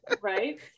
right